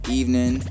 evening